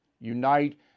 unite